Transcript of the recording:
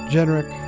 Generic